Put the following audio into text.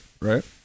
right